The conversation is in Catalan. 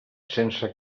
sense